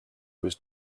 was